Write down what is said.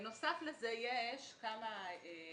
בנוסף לזה יש עוד שינויים מהותיים.